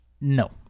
No